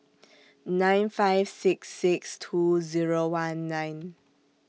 nine five six six two Zero one nine